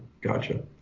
gotcha